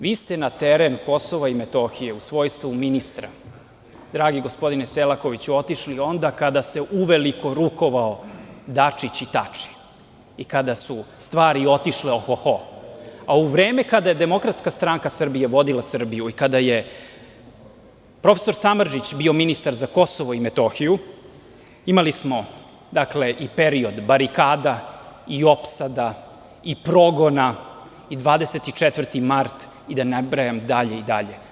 Vi ste na teren Kosova i Metohije u svojstvu ministra, dragi gospodine Selakoviću, otišli onda kada se uveliko rukovao Dačić i Tači i kada su stvari otišle o-ho-ho, a u vreme kada je DSS vodila Srbiju i kada je prof. Samardžić bio ministar za Kosovo i Metohiju imali smo i period barikada i opsada i progona i 24. mart i da ne nabrajam dalje i dalje.